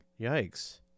Yikes